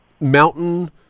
mountain